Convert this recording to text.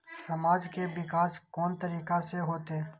समाज के विकास कोन तरीका से होते?